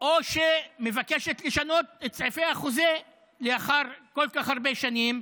או שהיא מבקשת לשנות את סעיפי החוזה לאחר כל כך הרבה שנים,